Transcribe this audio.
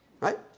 Right